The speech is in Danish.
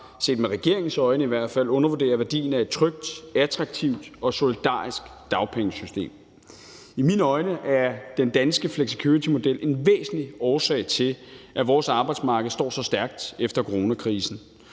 set med regeringens øjne i hvert fald, undervurderer værdien af et trygt, attraktivt og solidarisk dagpengesystem. I mine øjne er den danske flexicuritymodel en væsentlig årsag til, at vores arbejdsmarked står så stærkt efter coronakrisen,